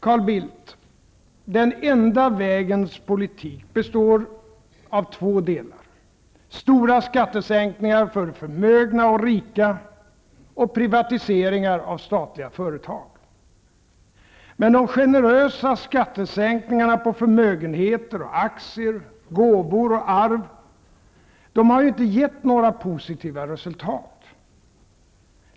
Carl Bildt, den ''enda'' vägens politik består av två delar: stora skattesänkningar för förmögna och rika samt privatiseringar av statliga företag. Men de generösa skattesänkningarna på förmögenheter, aktier, gåvor och arv har ju inte givit några positiva resultat.